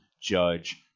Judge